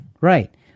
right